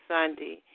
Sunday